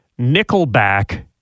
Nickelback